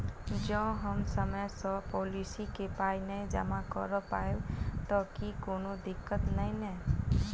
जँ हम समय सअ पोलिसी केँ पाई नै जमा कऽ पायब तऽ की कोनो दिक्कत नै नै?